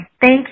thank